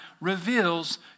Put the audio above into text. reveals